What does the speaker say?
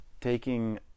taking